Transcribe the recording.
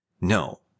No